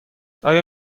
آیا